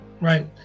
Right